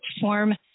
form